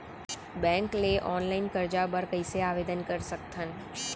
Bank ले online करजा बर कइसे आवेदन कर सकथन?